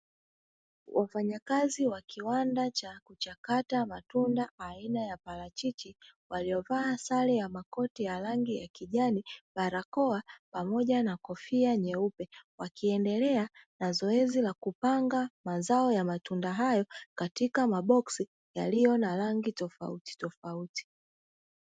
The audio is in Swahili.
Wafanyakazi wa kiwanda cha kuchakata matunda aina ya parachichi waliovaa sare ya makoti ya rangi ya kijani, barakoa pamoja na kofia nyeupe wakiendelea na zoezi la kupanga mazao ya matunda hayo katika maboksi yaliyo na rangi tofautitofauti.